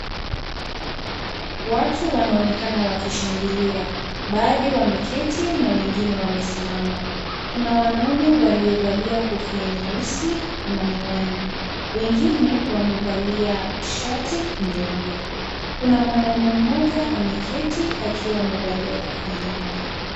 Watu wanaonekana wakishangilia, baadhi wameketi, na wengine wamesimama. Kuna wanaume waliovalia kofia nyeusi na miwani. Wengine wamevalia shati nyeupe. Kuna mwanaume mmoja ameketi akiwa amevalia kofia nyeupe.